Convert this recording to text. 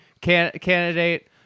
candidate